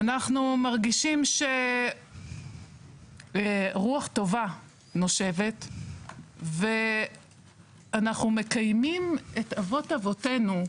אנחנו מרגישים שרוח טובה נושבת ואנחנו מקיימים את מורשת אבות-אבותינו,